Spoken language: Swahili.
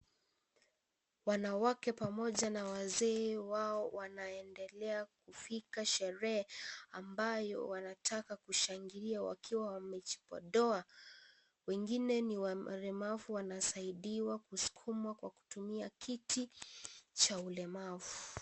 Wanawake pamoja na wazee wao wanaendelea kufika sherehe ambayo wanataka kushangilia wakiwa wamejipodoa wengine ni walemavu wanasaidiwa kuskumwa kutumia kiti cha ulemavu.